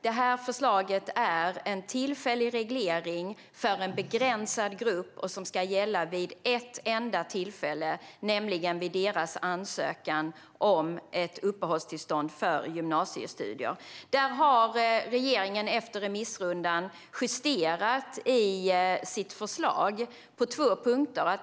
Det här förslaget är en tillfällig reglering för en begränsad grupp och ska gälla vid ett enda tillfälle, nämligen vid deras ansökan om uppehållstillstånd för gymnasiestudier. Regeringen har efter remissrundan justerat sitt förslag på två punkter.